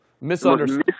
misunderstood